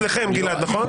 בחסויה אצלכם, גלעד, נכון?